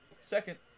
second